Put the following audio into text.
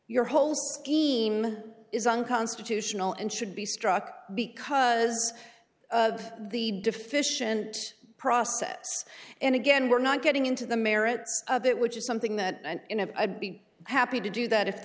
your whole scheme is unconstitutional and should be struck because of the deficient process and again we're not getting into the merits of it which is something that i be happy to do that if the